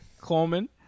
Coleman